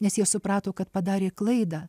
nes jie suprato kad padarė klaidą